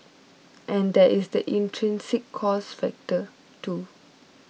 and there is the intrinsic cost factor too